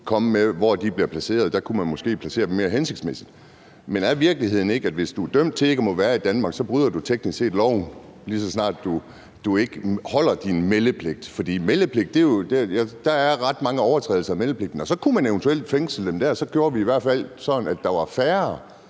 komme med, bliver placeret. Der kunne man måske placere dem mere hensigtsmæssigt. Men er virkeligheden ikke, at hvis du er dømt til ikke at måtte være i Danmark, bryder du teknisk set loven, lige så snart du ikke overholder din meldepligt. Og der er ret mange overtrædelser af meldepligten. Og så kunne man jo eventuelt tænke sig, at vi i hvert fald gjorde det sådan, at der var færre,